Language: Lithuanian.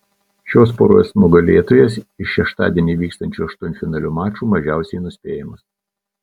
šios poros nugalėtojas iš šeštadienį vykstančių aštuntfinalio mačų mažiausiai nuspėjamas